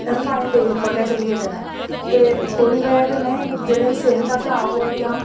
refined तेल उप्पर गै चली गेदे न ते ओह्दी बजह् कन्नै जेह्ड़ी सेहत ऐ खराब होआ दी आ